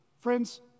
Friends